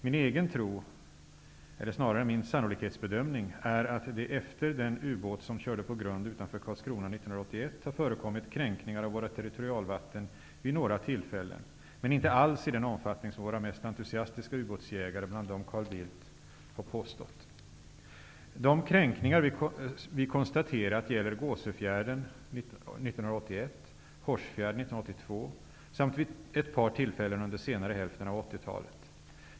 Min egen tro, eller snarare min sannolikhetsbedömning, är att det efter den ubåt som körde på grund utanför Karlskrona 1981 har förekommit kränkningar av våra territorialvatten vid några tillfällen, men inte alls i den omfattning som våra mest entusiastiska ubåtsjägare, bland dem Carl Bildt, har påstått. De kränkningar som vi har konstaterat gäller Gåsöfjärden 1981, Hårsfjärden 1982 samt vid ett par tillfällen under senare hälften av 80-talet.